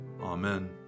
Amen